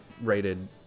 rated